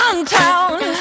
Downtown